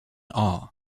awe